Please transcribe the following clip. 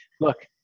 Look